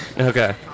Okay